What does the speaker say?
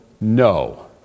No